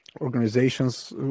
organizations